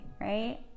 right